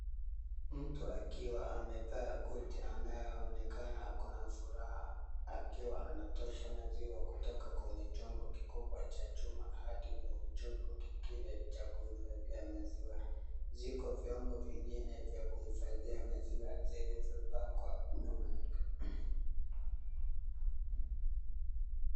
Mtu akiwa amevaa koti anayoonekana ako na furaha akiwa anatosha maziwa kutoka kwenye chombo kikubwa cha chuma, hadi kwenye chombo kingine cha kuhifadhia maziwa, ziko vyombo zingine za kuhifadhia maziwa, zilizopangwa nyuma yake.